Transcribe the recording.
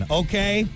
okay